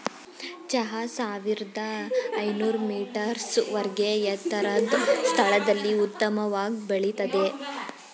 ಚಹಾ ಸಾವಿರ್ದ ಐನೂರ್ ಮೀಟರ್ಸ್ ವರ್ಗೆ ಎತ್ತರದ್ ಸ್ಥಳದಲ್ಲಿ ಉತ್ತಮವಾಗ್ ಬೆಳಿತದೆ